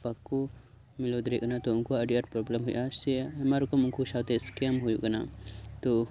ᱵᱟᱠᱚ ᱢᱤᱞᱟᱹᱣ ᱫᱟᱲᱮᱭᱟᱜ ᱠᱟᱱᱟ ᱩᱝᱠᱩᱣᱟᱜ ᱟᱰᱤ ᱟᱸᱴ ᱯᱨᱳᱵᱽᱞᱮᱢ ᱦᱳᱭᱳᱜᱼᱟ ᱥᱮ ᱟᱭᱢᱟ ᱨᱚᱠᱚᱢ ᱩᱝᱠᱩ ᱥᱟᱶᱛᱮ ᱥᱠᱮᱢ ᱦᱳᱭᱳᱜ ᱠᱟᱱᱟ ᱛᱚ